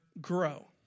grow